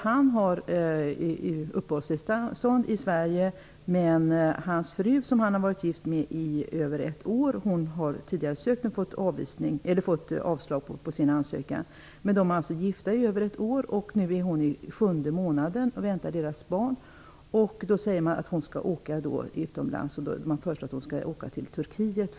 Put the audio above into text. Mannen har uppehållstillstånd i Sverige, men hans fru som han har varit gift med i över ett år har tidigare ansökt men fått avslag. De har varit gifta i över ett år, och nu är hon i sjunde månaden. Det har föreslagits att hon skall åka till Turkiet.